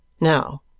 Now—